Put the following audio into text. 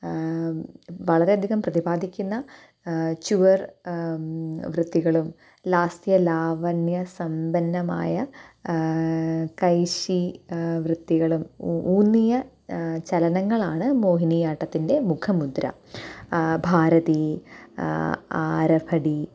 വളരെയധികം പ്രതിപാദിക്കുന്ന ചുവര് വൃത്തികളും ലാസ്യ ലാവണ്യ സമ്പന്നമായ കൈശി വൃത്തികളും ഊ ഊന്നിയ ചലനങ്ങളാണ് മോഹിനിയാട്ടത്തിന്റെ മുഖമുദ്ര ഭാരതി ആരഭടി